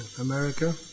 America